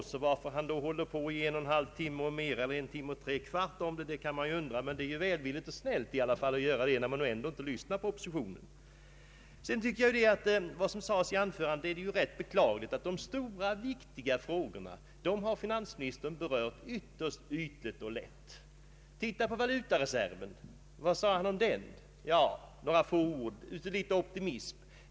Därför kan man undra varför han talar i en och tre kvarts timme. Men det är ju välvilligt och snällt att tala så länge, när man ändå inte lyssnar på oppositionen. Jag anser att det är beklagligt att finansministern berört de stora och viktiga frågorna bara ytterst ytligt och lätt. Finansministern yttrade några optimistiska ord om valutareserven.